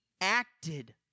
acted